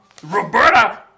Roberta